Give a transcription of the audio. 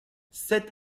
sept